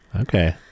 Okay